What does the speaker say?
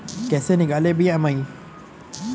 कैसे निकालते हैं बी.एम.आई?